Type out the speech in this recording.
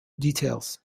details